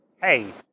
hey